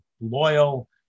loyal